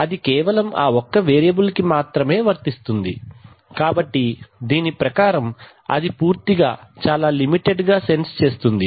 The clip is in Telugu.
అది కేవలం ఆ ఒక్క వేరియబుల్ కి మాత్రమే వర్తిస్తుంది కాబట్టి దీని ప్రకారం అది పూర్తిగా చాలా లిమిటెడ్ గా సెన్స్ చేస్తుంది